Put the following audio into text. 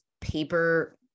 paper